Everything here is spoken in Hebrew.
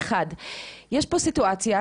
יש פה סיטואציה,